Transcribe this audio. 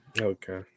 Okay